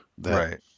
Right